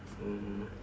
mm